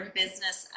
business